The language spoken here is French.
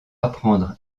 apprendre